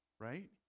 right